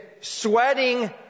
sweating